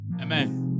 Amen